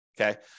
okay